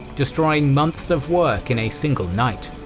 destroying months of work in a single night.